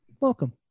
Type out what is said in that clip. welcome